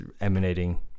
emanating